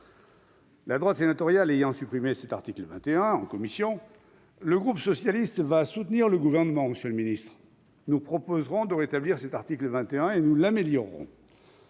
La droite sénatoriale ayant supprimé cet article 21 en commission, le groupe socialiste va soutenir le Gouvernement. Nous proposerons de rétablir cet article, que nous améliorerons.